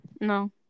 no